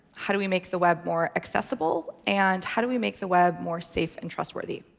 how do we make the web more accessible, and how do we make the web more safe and trustworthy.